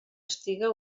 estiga